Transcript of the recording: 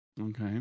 Okay